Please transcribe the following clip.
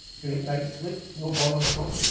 great night sleep, no bother at all!